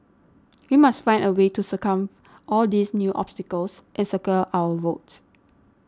we must find a way to circumvent all these new obstacles and secure our votes